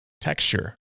texture